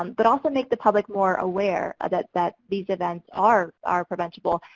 um but also make the public more aware, ah that that these events are are preventable.